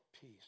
peace